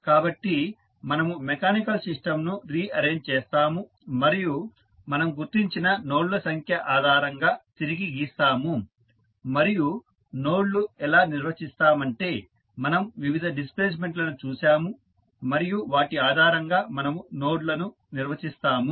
కాబట్టి మనము మెకానికల్ సిస్టంను రీ అరేంజ్ చేస్తాము మరియు మనం గుర్తించిన నోడ్ల సంఖ్య ఆధారంగా తిరిగి గీస్తాము మరియు నోడ్లు ఎలా నిర్వచిస్తామంటే మనం వివిధ డిస్ప్లేస్మెంట్ లను చూసాము మరియు వాటి ఆధారంగా మనము నోడ్లను నిర్వచిస్తాము